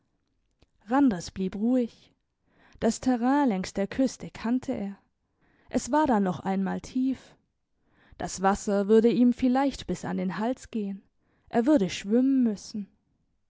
randers blieb ruhig das terrain längs der küste kannte er es war da noch einmal tief das wasser würde ihm vielleicht bis an den hals gehen er würde schwimmen müssen